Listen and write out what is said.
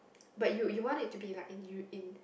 but you you want it to be like in eu~ in